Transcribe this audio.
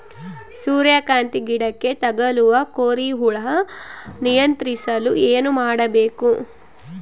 ಸೂರ್ಯಕಾಂತಿ ಗಿಡಕ್ಕೆ ತಗುಲುವ ಕೋರಿ ಹುಳು ನಿಯಂತ್ರಿಸಲು ಏನು ಮಾಡಬೇಕು?